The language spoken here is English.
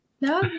No